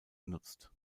genutzt